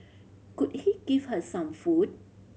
could he give her some food